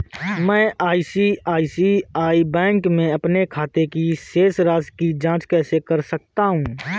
मैं ICICI bank के अपने खाते की शेष राशि की जाँच कैसे कर सकता हूँ?